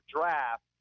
draft